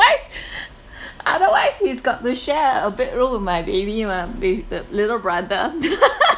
otherwise he's got to share a bedroom with my baby mah with the little brother